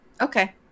Okay